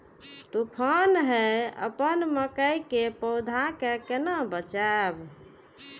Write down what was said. तुफान है अपन मकई के पौधा के केना बचायब?